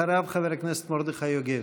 אחריו, חבר הכנסת מרדכי יוגב.